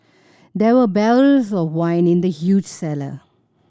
there were barrels of wine in the huge cellar